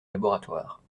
laboratoire